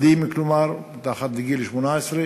כלומר ילדים, מתחת לגיל 18,